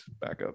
backup